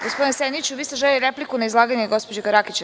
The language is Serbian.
Gospodine Seniću vi ste želeli repliku na izlaganje gospođe Rakić.